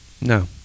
No